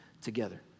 together